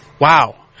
wow